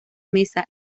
meza